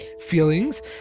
feelings